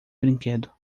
brinquedo